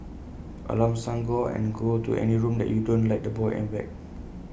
alarm sound go and go to any room that you don't like the boy and whacked